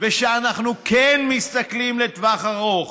ושאנחנו כן מסתכלים לטווח ארוך.